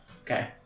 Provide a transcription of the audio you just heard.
Okay